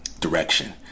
direction